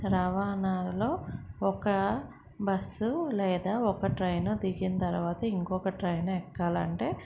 రవాణాలో ఒక బస్సు లేదా ఒక ట్రైను దిగిన తర్వాత ఇంకొక ట్రైన్ ఎక్కాలంటే